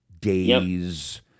days